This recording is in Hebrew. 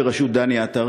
בראשות דני עטר,